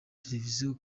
televiziyo